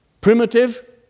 primitive